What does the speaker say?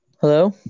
Hello